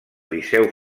liceu